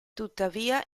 tuttavia